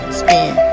spin